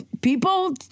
people